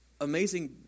amazing